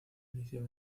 inicio